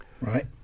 Right